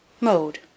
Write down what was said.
Mode